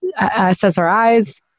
SSRIs